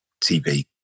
TV